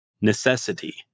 Necessity